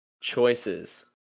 choices